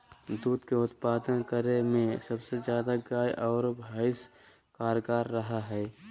दूध के उत्पादन करे में सबसे ज्यादा गाय आरो भैंस कारगार रहा हइ